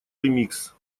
ремикс